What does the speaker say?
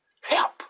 help